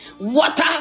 water